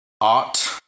art